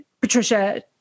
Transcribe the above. Patricia